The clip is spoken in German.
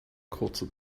kurze